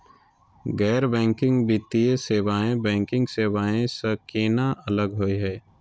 गैर बैंकिंग वित्तीय सेवाएं, बैंकिंग सेवा स केना अलग होई हे?